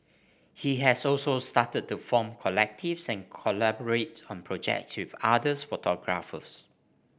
he has also started to form collectives and collaborate on projects with others photographers